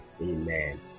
Amen